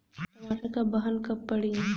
टमाटर क बहन कब पड़ी?